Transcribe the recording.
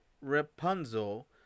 Rapunzel